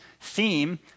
theme